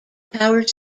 power